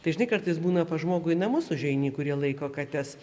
tai žinai kartais būna pas žmogų į namus užeini kurie laiko kates